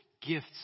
gifts